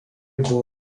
buvo